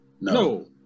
No